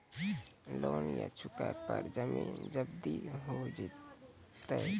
Loan न चुका पर जमीन जब्ती हो जैत की?